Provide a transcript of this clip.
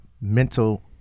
mental